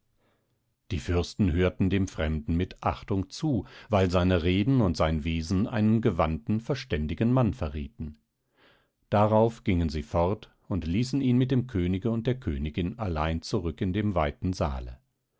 die fürsten hörten dem fremden mit achtung zu weil seine reden und sein wesen einen gewandten verständigen mann verrieten darauf gingen sie fort und ließen ihn mit dem könige und der königin allein zurück in dem weiten saale